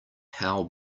how